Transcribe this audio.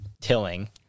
tilling